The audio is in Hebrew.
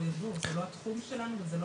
ייבוא" זה לא התחום שלנו וזה לא התחום שאנחנו.